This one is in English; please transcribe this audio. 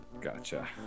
Gotcha